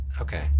Okay